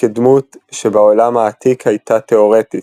כדמות שבעולם העתיק הייתה תאורטית,